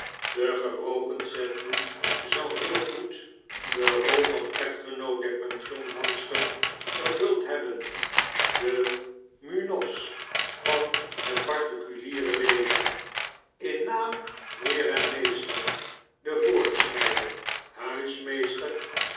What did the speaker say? de gebroken sedley zou heel goed de rol van echtgenoot der pensionhoudster vervuld hebben de munoz van het particuliere leven in naam heer en meester de voorsnijder huismeester